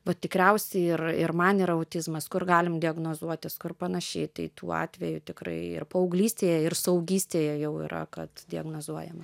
va tikriausiai ir ir man yra autizmas kur galim diagnozuotis kur panašiai tai tuo atvejų tikrai ir paauglystėje ir suaugystėje jau yra kad diagnozuojama